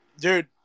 dude